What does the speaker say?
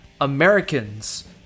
Americans